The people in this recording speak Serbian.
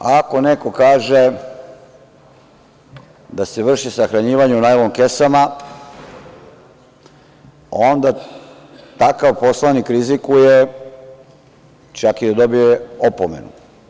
Ako neko kaže da se vrši sahranjivanje u najlon kesama, onda takav poslanik rizikuje čak i da dobije opomenu.